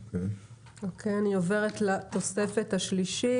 אוקיי, אני עוברת לתוספת השלישית.